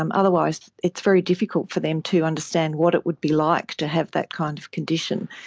um otherwise it's very difficult for them to understand what it would be like to have that kind of condition.